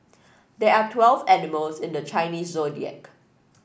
there are twelve animals in the Chinese Zodiac